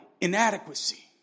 inadequacy